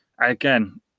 again